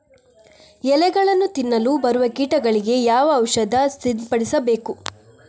ಎಲೆಗಳನ್ನು ತಿನ್ನಲು ಬರುವ ಕೀಟಗಳಿಗೆ ಯಾವ ಔಷಧ ಸಿಂಪಡಿಸಬೇಕು?